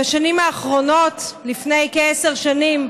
בשנים האחרונות, לפני כעשר שנים,